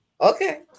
Okay